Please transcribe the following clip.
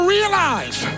realize